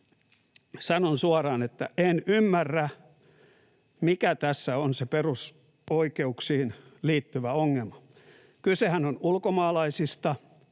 Sanon suoraan, että en ymmärrä, mikä tässä on se perusoikeuksiin liittyvä ongelma. Kysehän on ulkomaalaisista,